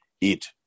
eat